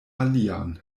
alian